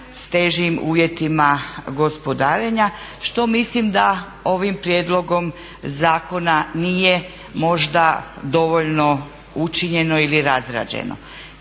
sa težim uvjetima gospodarenja što mislim da ovim prijedlogom zakona nije možda dovoljno učinjeno ili razrađeno.